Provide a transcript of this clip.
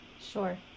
Sure